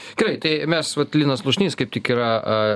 gerai tai mes vat linas slušnys kaip tik yra